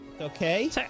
Okay